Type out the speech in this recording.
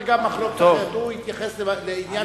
אנחנו ממשיכים.